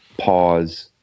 pause